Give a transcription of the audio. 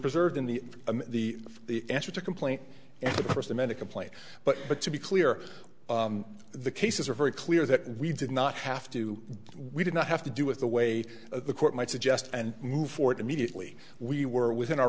preserved in the the the answer to complaint and the first amended complaint but but to be clear the cases are very clear that we did not have to we did not have to do with the way the court might suggest and move forward immediately we were within our